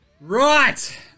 Right